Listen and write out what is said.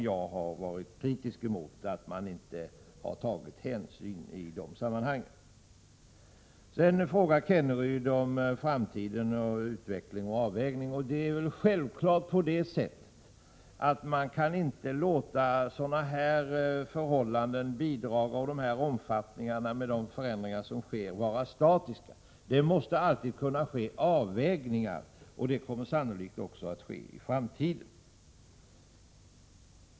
Jag har varit kritisk emot att man inte har tagit hänsyn till detta i de sammanhangen. Sedan frågar Rolf Kenneryd om utvecklingen och avvägningen i framtiden. Med de förändringar som sker kan man självfallet inte låta bidrag av de här omfattningarna vara statiska. Man måste alltid kunna göra avvägningar. Det kommer sannolikt också att göras i framtiden.